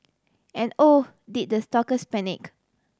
and oh did the stalkers panic